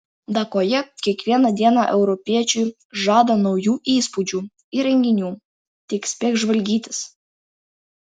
dakoje kiekviena diena europiečiui žada naujų įspūdžių ir reginių tik spėk žvalgytis